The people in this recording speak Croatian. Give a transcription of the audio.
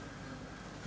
Hvala.